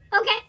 okay